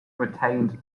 retained